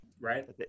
right